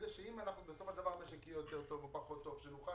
ואם המשק יהיה יותר טוב או פחות אז שנוכל